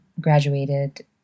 graduated